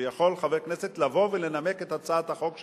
שיכול חבר הכנסת לבוא ולנמק את הצעת החוק שלו,